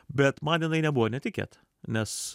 bet man jinai nebuvo netikėta nes